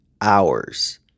hours